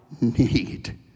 need